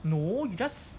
no you just